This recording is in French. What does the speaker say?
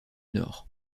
nord